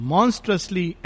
Monstrously